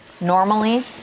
normally